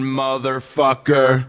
motherfucker